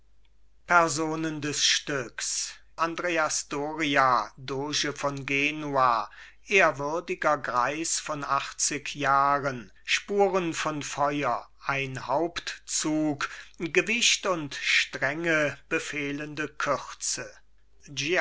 personen des stücks andreas doria doge von genua ehrwürdiger greis von achtzig jahren spuren von feuer ein hauptzug gewicht und strenge befehlende kürze